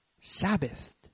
Sabbath